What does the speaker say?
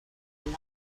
line